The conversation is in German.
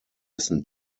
essen